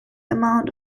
amount